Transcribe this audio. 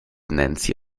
nancy